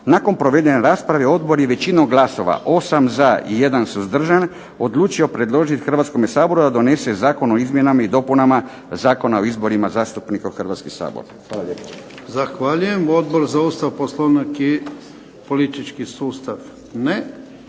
Nakon provedene rasprave odbor je većino glasova 8 za i 1 suzdržan odlučio predložiti Hrvatskom saboru do donese Zakon o izmjenama i dopunama Zakona o izborima zastupnika u Hrvatski sabor.